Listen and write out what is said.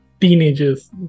teenagers